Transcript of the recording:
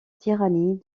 tyrannie